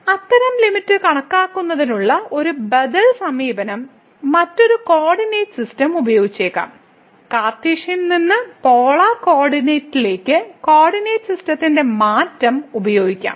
അത്തരം ലിമിറ്റ് കണക്കാക്കുന്നതിനുള്ള ഒരു ബദൽ സമീപനം മറ്റൊരു കോർഡിനേറ്റ് സിസ്റ്റം ഉപയോഗിച്ചേക്കാം കാർട്ടീഷ്യൻ നിന്ന് പോളാർ കോർഡിനേറ്റുകളിലേക്ക് കോർഡിനേറ്റ് സിസ്റ്റത്തിന്റെ മാറ്റം ഉപയോഗിക്കാം